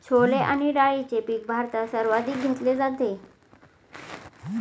छोले आणि डाळीचे पीक भारतात सर्वाधिक घेतले जाते